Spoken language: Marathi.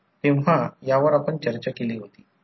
याचा अर्थ इफेक्टिव फ्लक्स कमी होत जाईल